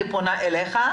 אני פונה אליך,